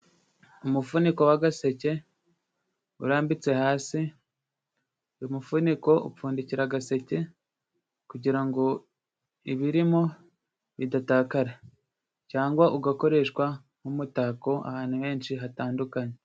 Umufuniko w'agaseke urambitse hasi, uyu mufuniko upfundikira agaseke kugira ngo ibirimo bidatakara cyangwa ugakoreshwa nk'umutako ahantu henshi hatandukanye.